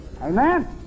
Amen